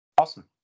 Awesome